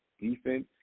Defense